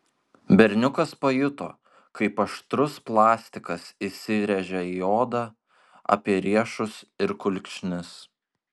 berniukas pajuto kaip aštrus plastikas įsirėžia į odą apie riešus ir kulkšnis